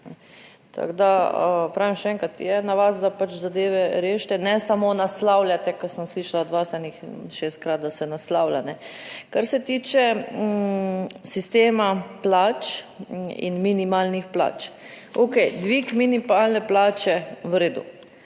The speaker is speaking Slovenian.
Tako da, pravim še enkrat je na vas, da pač zadeve rešite ne samo naslavljate, ko sem slišala od vas enih šestkrat, da se naslavlja. Kar se tiče sistema plač in minimalnih plač. Okej, dvig minimalne plače, v redu,